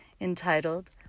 entitled